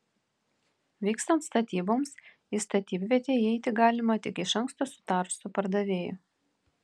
vykstant statyboms į statybvietę įeiti galima tik iš anksto sutarus su pardavėju